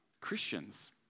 Christians